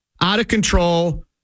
out-of-control